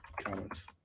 comments